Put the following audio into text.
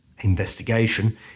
investigation